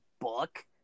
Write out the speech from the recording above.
book